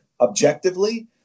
objectively